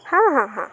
ହଁ ହଁ ହଁ